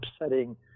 upsetting